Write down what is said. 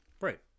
right